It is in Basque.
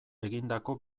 egindako